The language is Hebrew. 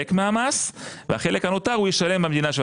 מהמס ואת החלק הנותר הוא ישלם במדינה שלו.